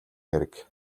хэрэг